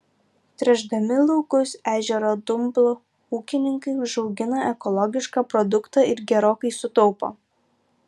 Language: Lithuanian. tręšdami laukus ežero dumblu ūkininkai užaugina ekologišką produktą ir gerokai sutaupo